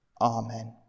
Amen